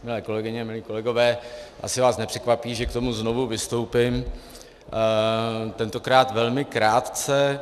Milé kolegyně, milí kolegové, asi vás nepřekvapí, že k tomu znovu vystoupím, tentokrát velmi krátce.